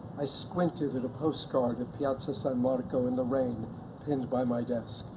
i squinted at a postcard of piazza san marco in the rain pinned by my desk.